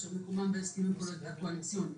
שמקומם בהסכמים הקואליציוניים.